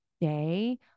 day